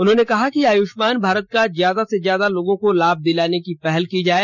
उन्होंने कहा कि आयुष्मान भारत का ज्यादा से ज्यादा लोगों को लाभ दिलाने की पहल की जाए